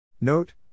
Note